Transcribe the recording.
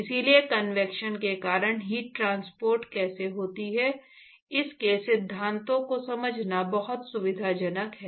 इसलिए कन्वेक्शन के कारण हीट ट्रांसपोर्ट कैसे होता है इसके सिद्धांतों को समझना बहुत सुविधाजनक है